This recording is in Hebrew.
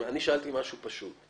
אני שאלתי משהו פשוט.